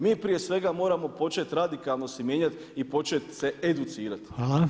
Mi prije svega moramo početi radikalno se mijenjati i početi se educirati.